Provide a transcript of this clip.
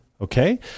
Okay